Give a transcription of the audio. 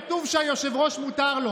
כתוב שליושב-ראש מותר.